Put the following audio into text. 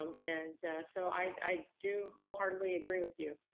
um and so i do wholeheartedly agree with you,